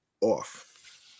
off